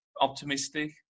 optimistic